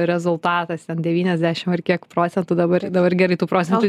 rezultatas ten devyniasdešim ar kiek procentų dabar dabar gerai tų procentų